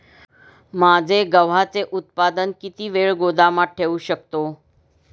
माझे गव्हाचे उत्पादन किती वेळ गोदामात ठेवू शकतो?